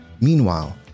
Meanwhile